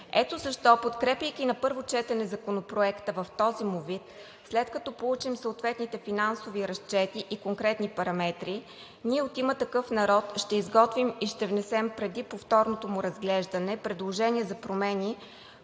Ето защо, подкрепяйки на първо четене Законопроекта в този му вид, след като получим съответните финансови разчети и конкретни параметри, от „Има такъв народ“ ще изготвим и ще внесем преди повторното му разглеждане предложенията за промени,